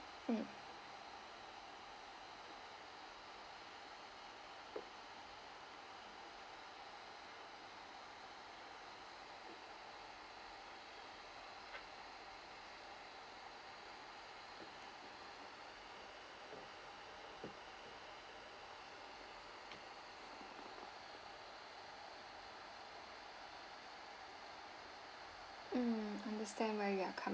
mm mm understand where you are coming